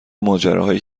ماجراهایی